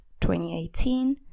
2018